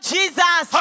Jesus